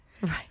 Right